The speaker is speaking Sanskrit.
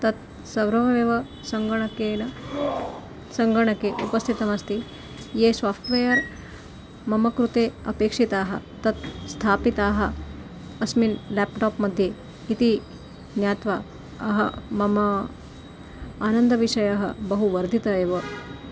तत् सर्वमेव सङ्गणकेन सङ्गणके उपस्थितमस्ति ये साफ़्ट्वेर् मम कृते अपेक्षिताः तत् स्थापिताः अस्मिन् लेप्टाप् मध्ये इति ज्ञात्वा अहं मम आनन्दविषयः बहु वर्धितः एव